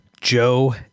joe